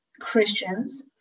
Christians